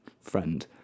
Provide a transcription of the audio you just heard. friend